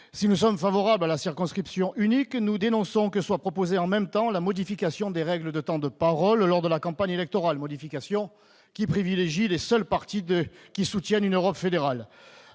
Si nous sommes favorables à la circonscription unique, nous dénonçons que soit proposée en même temps la modification des règles de temps de parole lors de la campagne électorale, modification qui privilégie les seuls partis défendant une Europe fédérale.